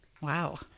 Wow